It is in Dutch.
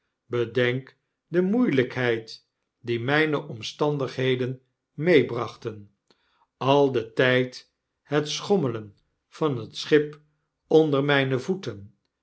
bedenk de moeielykheid die myne omstandigheden meebrachten al den tyd het schommelen van het schip onder myne voeten